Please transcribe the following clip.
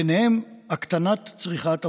ובהם הקטנת צריכת הבשר.